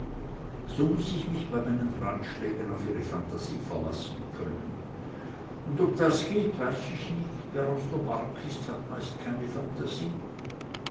so muß ich mich bei meinen ratschlägen auf ihre phantasie verlassen können und ob das geht weiß ich nicht wer aus der mark ist hat meist keine phantasie